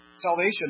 Salvation